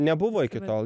nebuvo iki tol